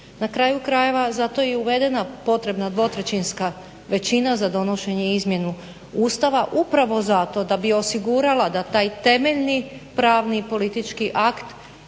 Na kraju krajeva zato je i uvedena potrebna dvotrećinska većina za donošenje i izmjenu Ustava upravo zato da bi osigurala da taj temeljni pravni i politički akt